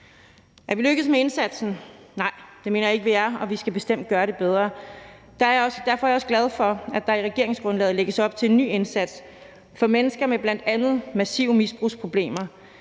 Er vi lykkedes med indsatsen? Nej, det mener jeg ikke vi er, og vi skal bestemt gøre det bedre. Derfor er jeg også glad for, at der i regeringsgrundlaget lægges op til en ny indsats for mennesker med bl.a. massive misbrugsproblemer.